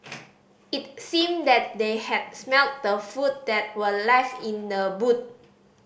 it seemed that they had smelt the food that were left in the boot